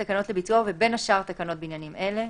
תקנות לביצועו ובין השאר תקנות בעניינים אלה.